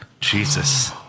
Jesus